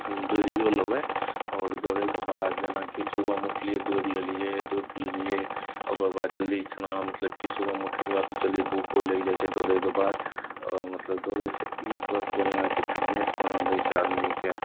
हम दौड़ियो लेबय आओर दौड़यके बाद जेनाकि सुबहमे उठलियै दोड़ि लेलियै धूपि लेलियै आओर ओकरबाद जल्दी सना मतलब की सुबहमे उठयके बाद जल्दी भूखो लागि जाइ छै दौड़यके बाद आओर मतलब दौड़ैसँ ई स्वस्थ बढ़ियाँ छै फिटनेस बनल रहै छै आदमीकए